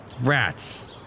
rats